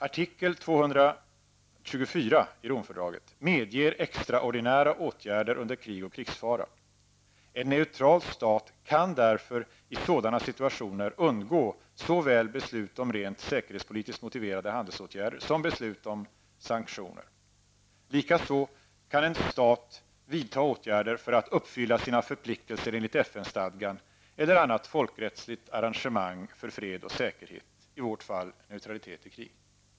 Artikel 224 i Romfördraget medger extraordinära åtgärder under krig och krigsfara. En neutral stat kan därför i sådana situationer undgå såväl beslut om rent säkerhetspolitiskt motiverade handelsåtgärder som beslut om sanktioner. Likaså kan en stat vidta åtgärder för att uppfylla sina förpliktelser enligt FN-stadgan eller annat folkrättsligt arrangemang för fred och säkerhet -- i vårt fall neutralitet i krig.